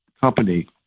company